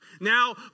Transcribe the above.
Now